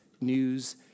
news